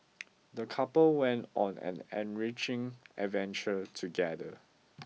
the couple went on an enriching adventure together